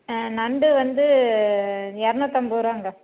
நண்டு வந்து இரநூத்தம்பது ரூபாங்க